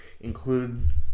includes